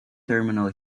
terminal